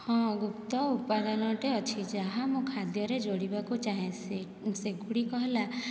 ହଁ ଗୁପ୍ତ ଉପାଦାନଟେ ଅଛି ଯାହା ମୁଁ ଖାଦ୍ୟରେ ଯୋଡ଼ିବାକୁ ଚାହେଁ ସେଗୁଡ଼ିକ ହେଲା